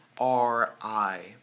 R-I